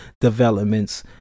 developments